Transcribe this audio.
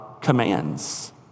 commands